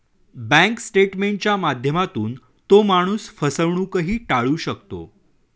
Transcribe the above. bank स्टेटमेंटच्या माध्यमातून तो माणूस फसवणूकही टाळू शकतो